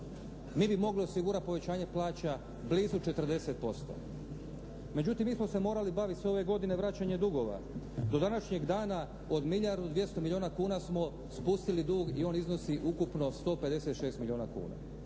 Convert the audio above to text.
mi bi mogli osigurati povećanje plaća blizu 40%, međutim mi smo se morali baviti sve ove godine vraćanjem dugova. Do današnjeg dana od milijardu 200 milijuna kuna smo spustili dug i on iznosi ukupno 156 milijuna kuna.